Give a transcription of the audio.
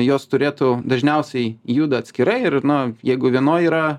jos turėtų dažniausiai juda atskirai ir na jeigu vienoj yra